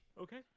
okay